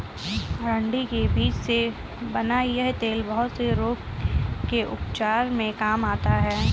अरंडी के बीज से बना यह तेल बहुत से रोग के उपचार में काम आता है